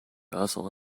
hustle